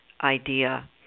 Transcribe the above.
idea